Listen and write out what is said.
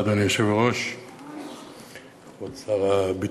אדוני היושב-ראש, תודה רבה, כבוד שר הביטחון,